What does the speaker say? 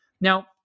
Now